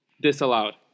Disallowed